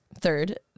third